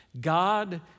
God